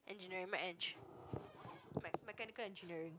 engineering mech~ engi~ mechanical engineering